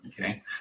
Okay